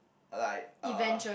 like uh